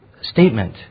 statement